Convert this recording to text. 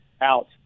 out